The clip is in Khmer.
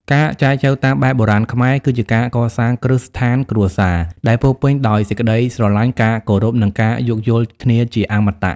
ការចែចូវតាមបែបបុរាណខ្មែរ គឺជាការកសាង "គ្រឹះស្ថានគ្រួសារ" ដែលពោរពេញដោយសេចក្ដីស្រឡាញ់ ការគោរព និងការយោគយល់គ្នាជាអមតៈ។